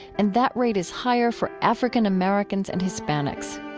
and that rate is higher for african-americans and hispanics